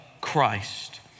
Christ